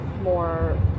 more